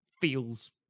feels